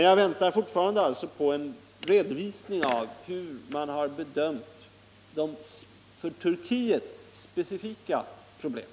Jag väntar fortfarande på en redovisning av hur man bedömt de för Turkiet specifika problemen.